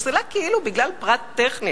כאילו בגלל פרט טכני,